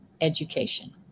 education